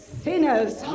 sinners